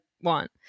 want